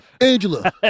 Angela